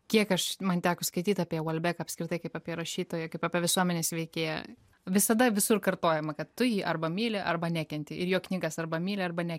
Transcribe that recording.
kiek aš man teko skaityt apie volbeką apskritai kaip apie rašytoją kaip apie visuomenės veikėją visada visur kartojama kad tu jį arba myli arba nekenti ir jo knygas arba myli arba ne